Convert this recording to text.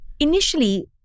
Initially